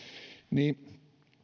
niin